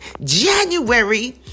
January